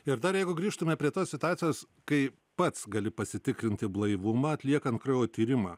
ir dar jeigu grįžtume prie tos situacijos kai pats gali pasitikrinti blaivumą atliekant kraujo tyrimą